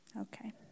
Okay